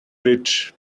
rich